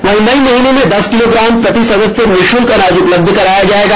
वहीं मई महीने में दस किलो ग्राम प्रति सदस्य निःषुल्क अनाज उपलब्ध कराया जाएगा